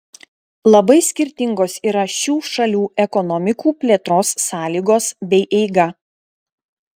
labai skirtingos yra šių šalių ekonomikų plėtros sąlygos bei eiga